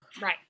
right